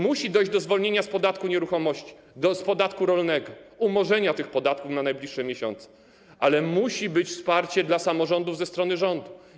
Musi dojść do zwolnienia z podatku od nieruchomości, z podatku rolnego, do umorzenia tych podatków na najbliższe miesiące, musi być wsparcie dla samorządów ze strony rządu.